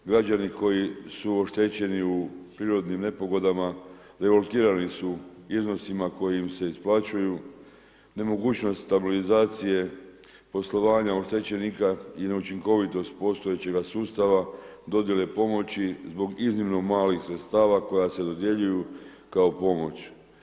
Građani koji su oštećeni u prirodnim nepogodama revoltirani su iznosima koji im se isplaćuju, nemogućnosti stabilizacije poslovanja oštećenika i neučinkovitost postojećega sustava, dodjele pomoći zbog iznimno malih sredstava koja se dodjeljuju kao pomoć.